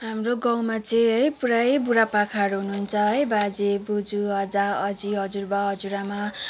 हाम्रो गाउँमा चाहिँ है पुरै बुढापाकाहरू हुनुहुन्छ है बाजे बज्यू अजा अजी हजुरबा हजुरआमा